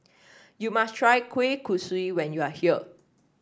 you must try Kueh Kosui when you are here